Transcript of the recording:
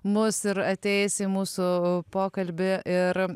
mus ir ateis į mūsų pokalbį ir